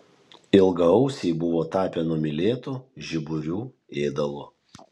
ilgaausiai buvo tapę numylėtu žiburių ėdalu